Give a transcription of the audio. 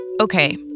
Okay